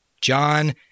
john